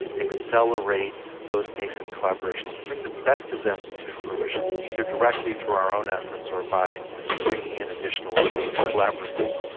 accelerate those nascent collaborations, bring the best of them to fruition, either directly through our own efforts or by bringing in additional collaborators.